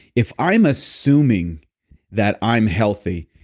if i'm assuming that i'm healthy,